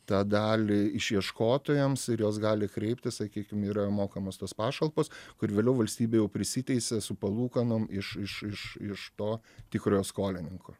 tą dalį išieškotojams ir jos gali kreiptis sakykim yra mokamos tos pašalpos kur vėliau valstybė jau prisiteisia su palūkanom iš iš iš iš to tikrojo skolininko